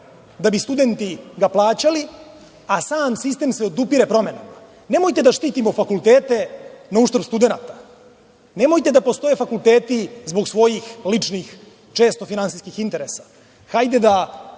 da bi ga studenti plaćali, a sam sistem se odupire promenama. Nemojte da štitimo fakultete na uštrb studenata. Nemojte da postoje fakulteti zbog svojih ličnih, često finansijskih interesa. Hajde da